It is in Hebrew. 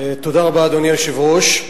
אדוני היושב-ראש,